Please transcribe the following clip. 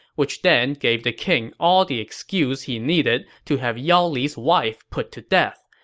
which then gave the king all the excuse he needed to have yao li's wife put to death.